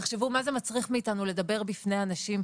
תחשבו מה זה מצריך מאיתנו לדבר בפני אנשים,